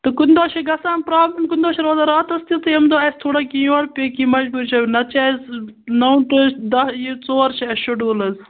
تہٕ کُنہِ دۄہ چھِ گَژھان پرابلم کُنہِ دۄہ چھ روزان راتَس تہِ ییٚمہِ دۄہ اَسہِ تھوڑا کینٛہہ یورٕ پیٚیہِ کینٛہہ مجبوٗری نَتہٕ چھ اَسہِ نو ٹُو دہ یہِ ژور چھ اَسہِ شُڈوٗل حظ